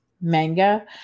manga